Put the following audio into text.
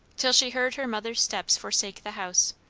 till she heard her mother's steps forsake the house.